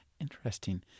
Interesting